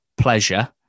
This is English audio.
pleasure